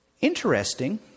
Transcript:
interesting